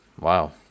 Wow